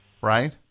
Right